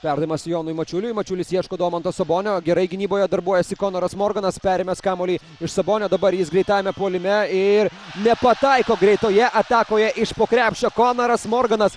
perdavimas jonui mačiuliui mačiulis ieško domanto sabonio gerai gynyboje darbuojasi konoras morganas perėmęs kamuolį iš sabonio dabar jis greitajame puolime ir nepataiko greitoje atakoje iš po krepšio konaras morganas